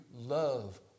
love